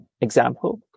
example